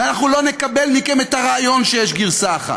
ולא נקבל מכם את הרעיון שיש גרסה אחת.